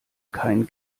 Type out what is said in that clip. kein